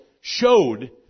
showed